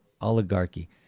oligarchy